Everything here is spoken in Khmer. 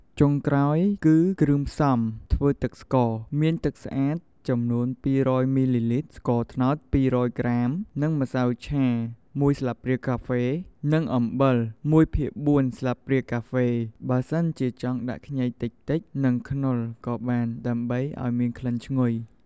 ចុងក្រោយ គឺគ្រឿងផ្សំធ្វើទឹកស្ករមាន ទឹកស្អាតចំនួន២០០មីលីលីត្រ ស្ករត្នោត២០០ក្រាម និងម្សៅឆាមួយស្លាបព្រាកាហ្វេ និងអំបិលមួយភាគបួនស្លាបព្រាកាហ្វ បើសិនជាចង់ដាក់ខ្ញីតិចៗនិងខ្នុរក៏បានដើម្បីឲ្យមានក្លិនឈ្ងុយ។